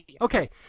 Okay